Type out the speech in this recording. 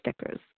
stickers